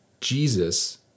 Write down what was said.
Jesus